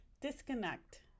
disconnect